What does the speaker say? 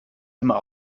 immer